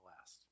last